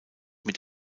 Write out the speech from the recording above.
mit